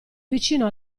vicino